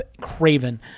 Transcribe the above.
craven